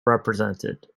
represented